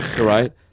right